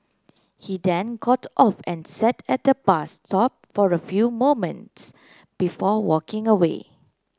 he then got off and sat at bus stop for a few moments before walking away